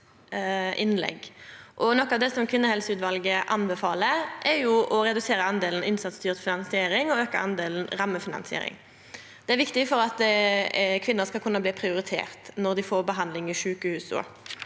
Noko av det kvinnehelseutvalet anbefaler, er å redusera andelen innsatsstyrt finansiering og auka andelen rammefinansiering. Det er viktig for at kvinner skal kunna bli prioriterte når dei får behandling i sjukehusa.